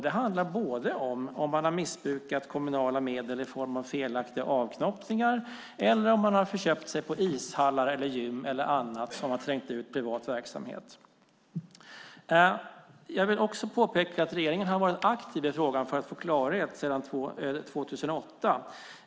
Det gäller både om man har missbrukat kommunala medel genom felaktiga avknoppningar eller om man har förköpt sig på ishallar, gym eller annat som har trängt ut privat verksamhet. Jag vill också påpeka att regeringen har varit aktiv sedan 2008 för att få klarhet i frågan.